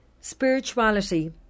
Spirituality